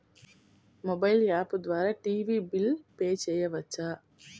Mobile app ద్వారా TV bill pay చేయవచ్చా?